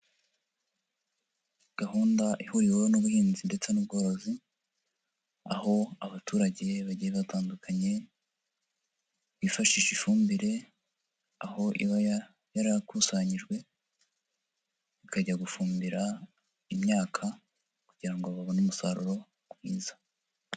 Gahunda ihuriweho n'ubuhinzi ndetse n'ubworozi, aho abaturage bagiye batandukanye bifashisha ifumbire aho iba yarakusanyijwe ikajya gufumbira imyaka kugira ngo babone umusaruro mwiza.